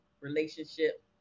relationship